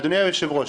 אדוני היושב-ראש,